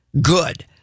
good